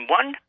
one